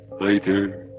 later